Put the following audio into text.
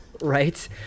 right